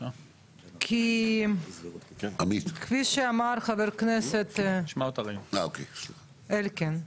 כי כפי שאמר חבר הכנסת אלקין,